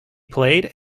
played